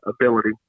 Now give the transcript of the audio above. ability